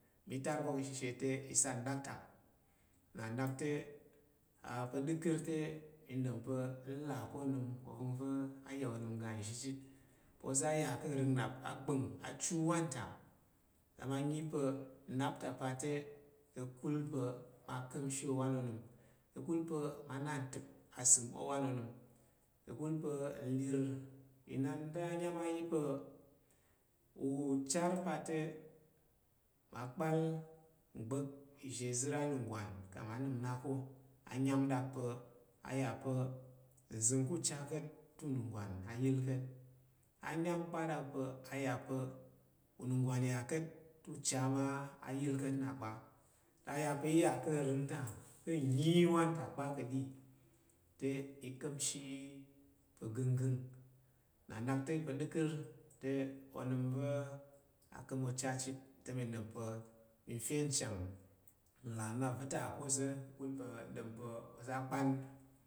Mi tar ko ka̱shishe te i sat nɗaktak nna nak te pa̱ dəkər te mi ɗom pa̱ ka̱ là ko onəm ovəng va̱ a ya onəm ga nzhi chit oza̱ a ya ka̱ nsəng nnap ngwong achuwang ta na ma nyi pa nnap ta pa te ka̱kul nka̱mshi owan onəm ka̱kul là nnap ntip asəm owan onəm ka̱kul pa̱ nlir Inan a ɗyang a yi pa̱ uchar pa te ma kpal ngba̱k izər a nnungwan kang mma nəm na ko a nya̱m ɗak pa̱ a ya pa̱ uza̱ ka̱she ka̱t te ugwai a yil ka̱ anyam pa dak na pa̱ a ya iya ka̱ rəng ta ka̱ nnyi wanta pa ka̱ɗiɗi te i ka̱mshi yi ka gənggəng nna nak te pa̱ ɗəkər te onəm va̱ a kam ocha chit te i ɗom pa̱ nfe nchang nlà nnap na ta ko oza̱ ka̱kul pa̱ nɗom pa̱ oza̱ akpan.